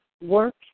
work